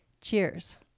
Cheers